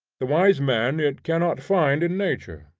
the wise man it cannot find in nature,